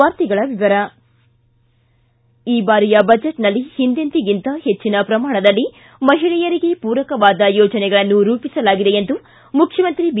ವಾರ್ತೆಗಳ ವಿವರ ಈ ಬಾರಿಯ ಬಜೆಟ್ನಲ್ಲಿ ಹಿಂದೆಂದಿಗಿಂತ ಹೆಚ್ಚನ ಪ್ರಮಾಣದಲ್ಲಿ ಮಹಿಳೆಯರಿಗೆ ಪೂರಕವಾದ ಯೋಜನೆಗಳನ್ನು ರೂಪಿಸಲಾಗಿದೆ ಎಂದು ಮುಖ್ಯಮಂತ್ರಿ ಬಿ